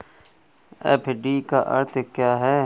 FD का अर्थ क्या है?